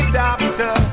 doctor